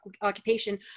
occupation